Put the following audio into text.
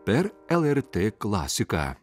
per lrt klasiką